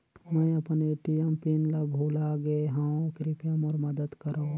मैं अपन ATM pin ल भुला गे हवों, कृपया मोर मदद करव